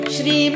Shri